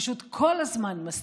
פשוט כל הזמן מסתיר.